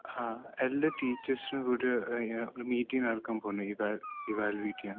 ആ എല്ലാ ടീച്ചേസ്നും കൂടി ഒരു ഒരു മീറ്റിംഗ് നടക്കാൻ പോകുന്നു ഇത് ഇവാല്യുവേറ്റ് ചെയ്യാൻ